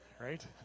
right